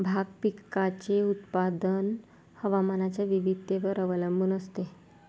भाग पिकाचे उत्पादन हवामानाच्या विविधतेवर अवलंबून असते